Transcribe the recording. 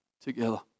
together